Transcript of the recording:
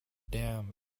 dam